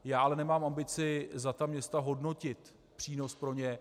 Já ale nemám ambici za ta města hodnotit přínos pro ně.